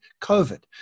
COVID